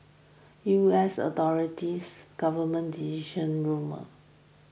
U S authorities government decision rumour